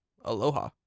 Aloha